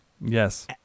yes